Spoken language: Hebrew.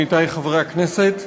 עמיתי חברי הכנסת,